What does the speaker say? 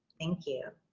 thank you.